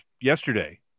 yesterday